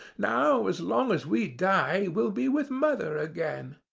now as long as we die we'll be with mother again.